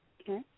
Okay